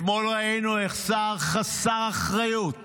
אתמול ראינו איך שר חסר אחריות